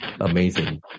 amazing